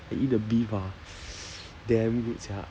I eat the beef ah damn good sia